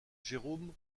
jérôme